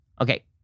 Okay